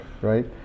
Right